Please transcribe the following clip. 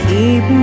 Keep